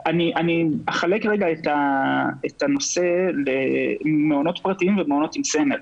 אחלק את הנושא למעונות פרטיים ומעונות עם סמל.